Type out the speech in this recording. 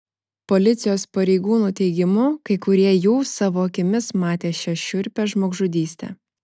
policijos pareigūnų teigimu kai kurie jų savo akimis matė šią šiurpią žmogžudystę